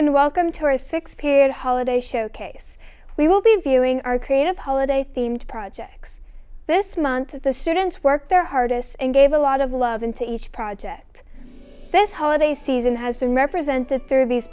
and welcome to our six period holiday showcase we will be viewing our creative holiday themed projects this month that the students work their hardest and gave a lot of love and to each project this holiday season has been represented through these